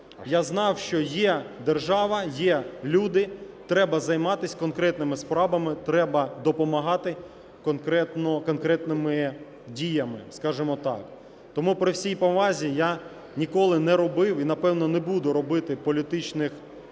Я знав, що є держава, є люди, треба займатися конкретними справами, треба допомагати конкретними діями, скажемо так. Тому, при всій повазі, я ніколи не робив і, напевно, не буду робити політичних